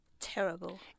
Terrible